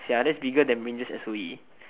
ya that's bigger than s_o_e